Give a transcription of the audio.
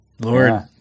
lord